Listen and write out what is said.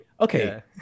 Okay